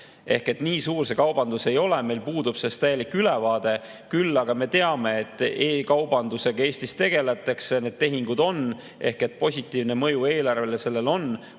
Ehk väga suur see kaubandus ei ole. Meil puudub sellest täielik ülevaade, küll aga me teame, et e‑kaubandusega Eestis tegeletakse, need tehingud on. Nii et positiivne mõju eelarvele sellel on.